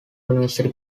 university